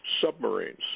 submarines